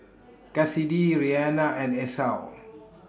Kassidy Reanna and Esau